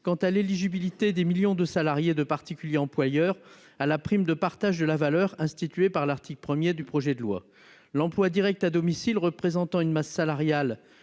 quant à l'éligibilité des millions de salariés de particuliers employeurs à la PPV instituée par l'article 1 du projet de loi. L'emploi direct à domicile représentant une masse salariale